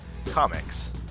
Comics